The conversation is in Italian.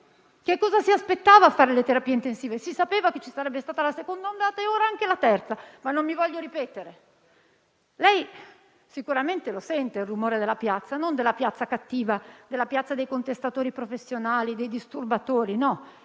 Cosa si aspettava a fare le terapie intensive? Si sapeva che ci sarebbe stata la seconda ondata e ora anche la terza, ma non mi voglio ripetere. Lei sicuramente sente il rumore della piazza, e non della piazza cattiva, quella dei contestatori professionali, dei disturbatori; no,